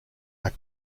are